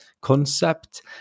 concept